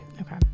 Okay